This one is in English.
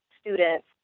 students